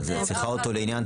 אבל היא צריכה אותו לעניין?